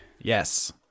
Yes